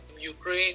Ukraine